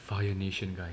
the fire nation guy